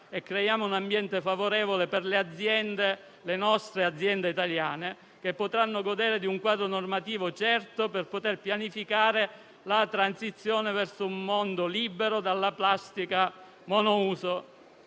e creiamo un ambiente favorevole per le nostre aziende italiane che potranno godere di un quadro normativo certo per poter pianificare la transizione verso un mondo libero dalla plastica monouso.